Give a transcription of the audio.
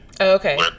okay